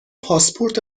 پاسپورت